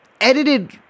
edited